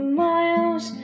miles